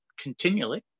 continually